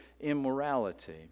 immorality